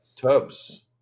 tubs